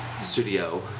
Studio